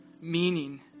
meaning